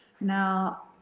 Now